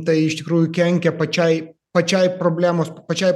tai iš tikrųjų kenkia pačiai pačiai problemos pačiai